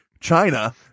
China